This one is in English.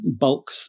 bulk